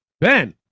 Ben